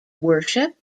worship